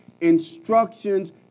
instructions